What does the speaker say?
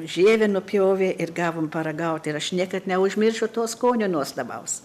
žievę nupjovė ir gavom paragaut ir aš niekad neužmiršiu to skonio nuostabaus